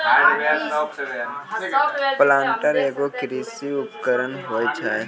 planter एगो कृषि उपकरण होय छै